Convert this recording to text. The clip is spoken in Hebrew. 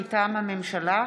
מטעם הממשלה,